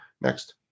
next